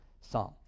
psalm